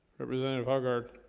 representative hug art